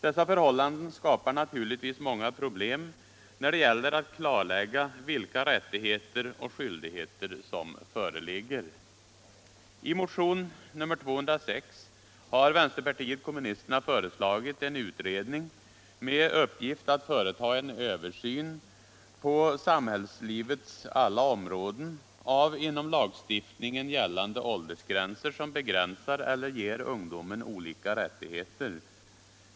Dessa förhållanden skapar naturligtvis många problem när det gäller att klarlägga vilka rättigheter och skyldigheter som föreligger. I motionen 206 har vänsterpartiet kommunisterna föreslagit en utredning med uppgift att företa en översyn på samhällslivets alla områden av inom lagstiftningen gällande åldersgränser, som begränsar eller ger ungdomen olika rättigheter.